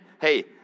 hey